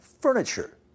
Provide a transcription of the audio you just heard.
furniture